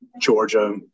Georgia